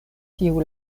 tiu